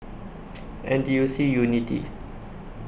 N T U C Unity